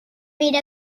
made